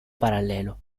parallelo